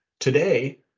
Today